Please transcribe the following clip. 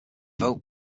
vote